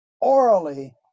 orally